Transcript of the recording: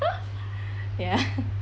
ya